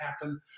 happen